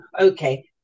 okay